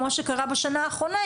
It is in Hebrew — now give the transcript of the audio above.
כמו שקרה בשנה האחרונה,